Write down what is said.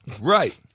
Right